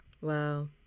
Wow